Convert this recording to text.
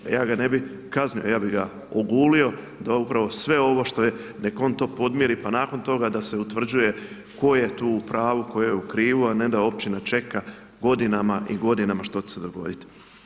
I što, ja ga ne bi kaznio, ja bi ga ogulio, da upravo sve ovo što je, nek on to podmiri, pa nakon toga, da se utvrđuje, tko je tu u pravu, tko je u krivu, a ne da općina čeka, godinama i godinama što će se dogoditi.